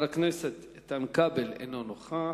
חבר הכנסת איתן כבל, אינו נוכח.